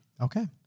Okay